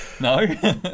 No